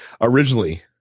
originally